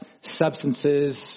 substances